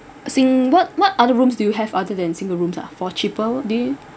sin~ what what other rooms do have other than single rooms ah for cheaper do you